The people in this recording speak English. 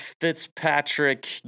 Fitzpatrick